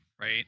right